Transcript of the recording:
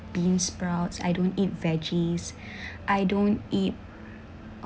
beansprouts I don't eat veggies I don't eat